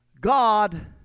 God